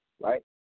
right